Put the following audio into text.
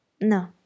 No